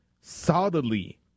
solidly